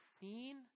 seen